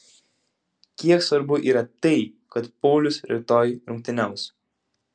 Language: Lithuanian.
kiek svarbu yra tai kad paulius rytoj rungtyniaus